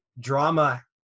drama